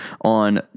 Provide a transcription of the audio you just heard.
on